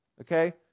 Okay